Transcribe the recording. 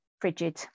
frigid